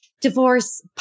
divorce